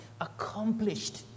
accomplished